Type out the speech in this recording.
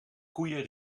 koeien